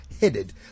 headed